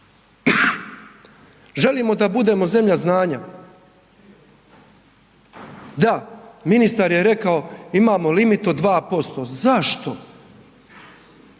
Želimo da budemo zemlja znanja. Da, ministar je rekao, imamo limit od 2%. Zašto? 2%